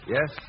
Yes